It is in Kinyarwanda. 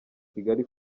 kigali